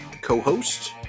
co-host